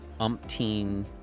umpteen